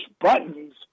buttons